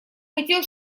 хотел